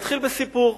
אתחיל בסיפור: